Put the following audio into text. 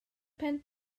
pen